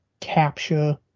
capture